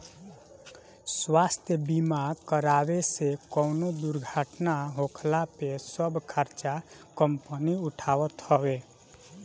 स्वास्थ्य बीमा करावे से कवनो दुर्घटना होखला पे सब खर्चा कंपनी उठावत हवे